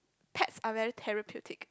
pets are very therapeutic